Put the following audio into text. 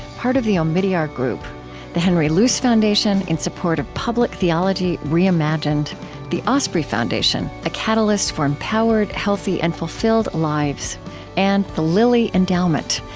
part of the omidyar group the henry luce foundation, in support of public theology reimagined the osprey foundation a catalyst for empowered, healthy, and fulfilled lives and the lilly endowment,